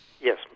Yes